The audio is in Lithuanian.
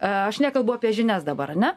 aš nekalbu apie žinias dabar ane